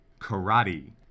karate